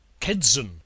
Kedzen